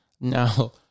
Now